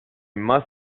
must